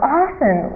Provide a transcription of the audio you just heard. often